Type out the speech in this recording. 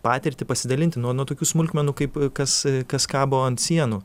patirtį pasidalinti nuo nuo tokių smulkmenų kaip kas kas kabo ant sienų